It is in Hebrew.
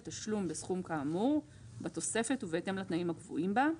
תשלום בסכום כאמור בתוספת ובהתאם לתנאים הקבועים בה,